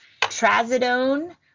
trazodone